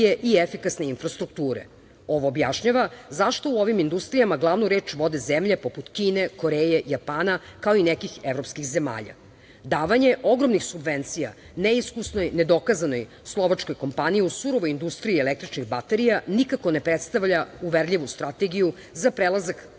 i efikasne infrastrukture. Ovo objašnjava zašto u ovim industrijama glavnu reč vode zemlje poput Kine, Koreje, Japana i nekih evropskih zemalja. Davanje ogromnih subvencija, neiskusnoj nedokazanoj Slovačkoj kompaniji u surovoj industriji električnih baterija, nikako ne predstavlja uverljivu strategiju za prelazak